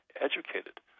educated